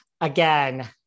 again